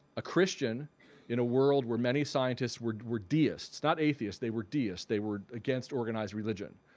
a christian in a world where many scientists were were deists, not atheist. they were deists. they were against organized religion.